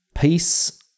peace